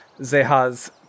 Zeha's